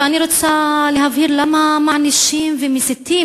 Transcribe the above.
ואני רוצה להבהיר למה מענישים ומסיתים